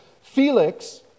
Felix